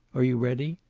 are you ready?